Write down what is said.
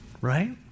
Right